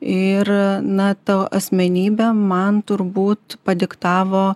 ir na ta asmenybė man turbūt padiktavo